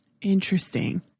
Interesting